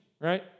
right